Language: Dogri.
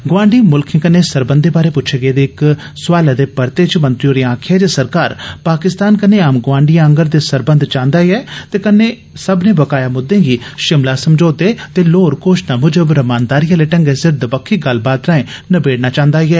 गोआंडी मुल्खें कन्नै सरबंधें बारै प्च्छे गेदे इक होर सोआलै दे परते च मंत्री होरें आक्खेया जे सरकार पाकिस्तान कन्नै आम गोआंडियें आंगर दे सरबंध चाहंदी ऐ ते कन्नै सब्बने बकाया मूदर्दे गी शिमला समझौते ते लाहोर घोषणा म्जब रमानदारी आले ढंगै सिर दबक्खी गल्लबात रांए नबेड़ना चाहंदी ऐ